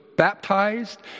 baptized